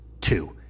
two